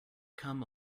come